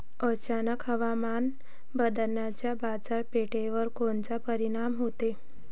अचानक हवामान बदलाचा बाजारपेठेवर कोनचा परिणाम होतो?